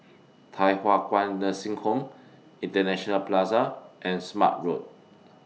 Thye Hua Kwan Nursing Home International Plaza and Smart Road